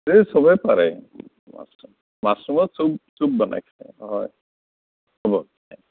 এই চবেই পাৰে মাছৰুম মাছৰুমৰ চুপ চুপ বনাই খায় হয়